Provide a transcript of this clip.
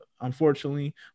unfortunately